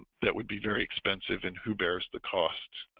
that would be very expensive and who bears the cost